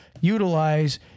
utilize